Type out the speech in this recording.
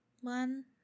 One